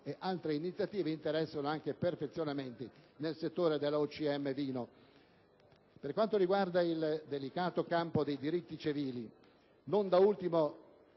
altre iniziative che interessano i perfezionamenti nel settore della OCM vino. Per quanto riguarda il delicato campo dei diritti civili, non da ultimo